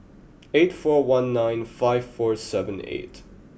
eight four one nine five four seven eight